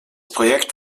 projekt